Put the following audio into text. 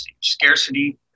Scarcity